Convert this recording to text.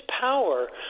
power